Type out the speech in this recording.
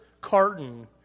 carton